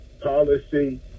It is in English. policy